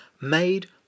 made